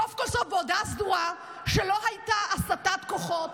סוף-כל-סוף בהודעה סדורה שלא הייתה הסטת כוחות,